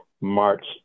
March